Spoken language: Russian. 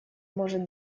может